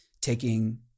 taking